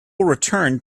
returned